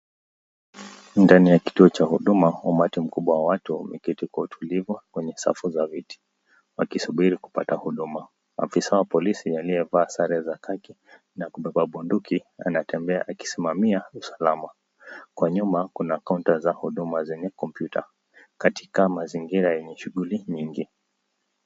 Ndani ya kituo cha huduma, umati mkubwa wa watu umeketi kwa utulivu kwenye safu za viti wakisubiri kupata huduma, afisa wa polisi aliyevaa sare za kaki na kubeba bunduki anatembea akisimamia usalama, kwa nyuma kuna kaunta za huduma zenye kompyuta katika mazingira yenye shuguli nyingi.